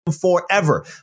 forever